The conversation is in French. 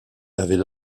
avait